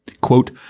quote